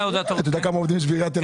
אתה יודע כמה עובדים יש בעיריית תל אביב?